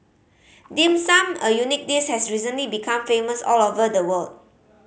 Dim Sum a unique dish has recently become famous all over the world